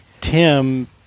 Tim